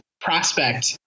prospect